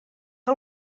que